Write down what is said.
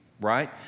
right